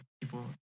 people